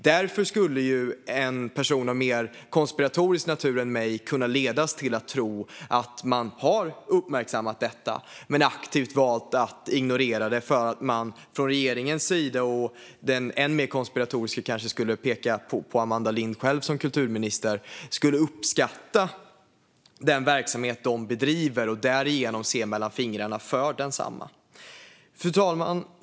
Därför skulle en person av mer konspiratorisk natur än min kunna ledas till att tro att man har uppmärksammat detta men aktivt valt att ignorera det för att man från regeringens sida - den än mer konspiratoriske skulle kanske peka på Amanda Lind själv som kulturminister - skulle uppskatta den verksamhet som de bedriver och därigenom se mellan fingrarna när det gäller densamma. Fru talman!